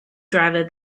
driver